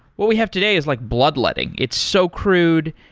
what we have today is like bloodletting. it's so crude.